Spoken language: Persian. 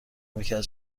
مرکز